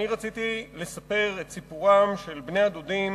אני רציתי לספר את סיפורם של בני הדודים